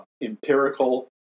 empirical